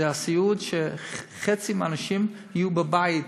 זה הסיעוד שחצי מהאנשים יהיו בבית,